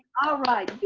ah right.